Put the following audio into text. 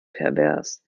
pervers